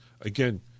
Again